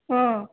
অঁ